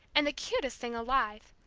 and the cutest thing alive.